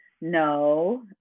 no